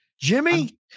Jimmy